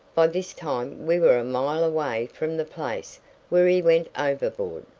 by this time we were a mile away from the place where he went overboard,